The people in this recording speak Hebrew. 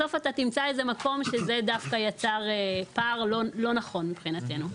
בסוף אתה תמצא איזה המקום שזה דווקא יצר פער לא נכון מבחינתנו.